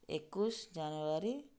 ଏକୋଇଶ ଜାନୁଆରୀ